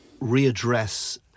readdress